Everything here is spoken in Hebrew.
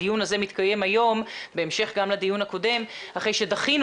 הדיון הזה מתקיים היום בהמשך גם לדיון הקודם אחרי שדחינו